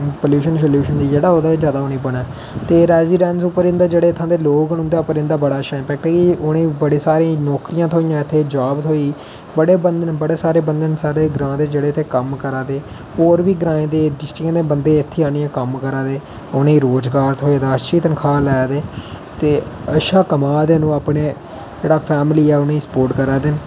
pollution solution होई गेआ् जेहड़ा ओह्दा ज्यादा ओह् नेईं बने ते रेजीडेंस उप्पर जेहड़े इत्थूे दे लोक ना उंदे उप्पर इंदा बड़ा अच्छा इमपैक्ट है कि लोकें गी नौकरियां थ्होइयां इत्थै जाॅब थ्होई बड़े बंदे ना बड़े सारे बंदे ना साढ़े इद्धरै दे जेहड़े इत्थै कम्म करा दे और बी ग्राएं दे डिस्टिक्ट दे बंदे इत्थै आह्निये कम्म करा दे उ'नेंगी रोजगार थ्होऐ दा अच्छी तनखाह लै दे ते अच्छा कमा दे ना ओह् अपने जेहडा फैंमली ऐ उनेंगी स्पोर्ट करा दे